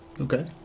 Okay